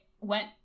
went